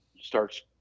starts